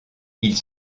ils